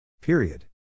Period